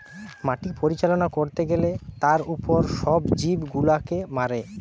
মাটি পরিচালনা করতে গ্যালে তার উপর সব জীব গুলাকে মারে